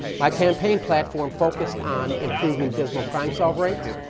my campaign platform focused on improving dismal crime solve rates,